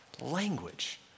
Language